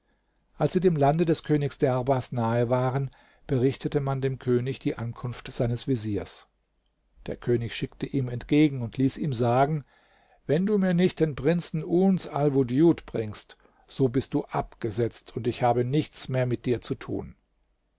als sie dem lande des königs derbas nahe waren berichtete man dem könig die ankunft seines veziers der könig schickte ihm entgegen und ließ ihm sagen wenn du mir nicht den prinzen uns alwudjud bringst so bist du abgesetzt und ich habe nichts mehr mit dir zu tun